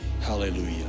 Hallelujah